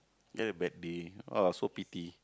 you had a bad day !wow! so pity